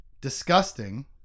disgusting